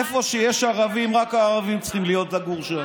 איפה שיש ערבים, רק הערבים צריכים לגור שם.